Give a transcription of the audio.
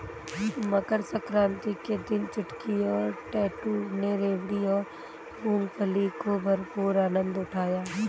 मकर सक्रांति के दिन चुटकी और टैटू ने रेवड़ी और मूंगफली का भरपूर आनंद उठाया